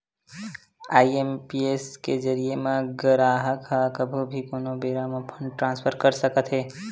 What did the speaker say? IMPS के जरिए म गराहक ह कभू भी कोनो बेरा म फंड ट्रांसफर कर सकत हे